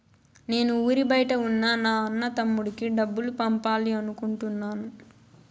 నేను ఊరి బయట ఉన్న నా అన్న, తమ్ముడికి డబ్బులు పంపాలి అనుకుంటున్నాను